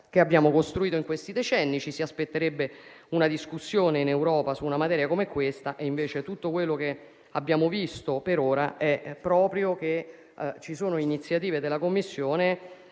che abbiamo costruito in questi decenni. Ci si aspetterebbe una discussione in Europa su una materia come questa e invece tutto quello che abbiamo visto per ora è che ci sono iniziative della Commissione